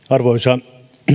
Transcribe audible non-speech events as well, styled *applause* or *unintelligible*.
*unintelligible* arvoisa herra